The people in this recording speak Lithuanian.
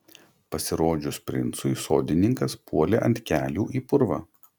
pasirodžius princui sodininkas puolė ant kelių į purvą